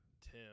Tim